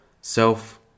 self